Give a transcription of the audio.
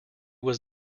was